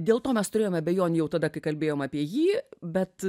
dėl to mes turėjom abejonių jau tada kai kalbėjom apie jį bet